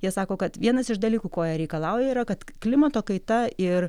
jie sako kad vienas iš dalykų ko jie reikalauja yra kad klimato kaita ir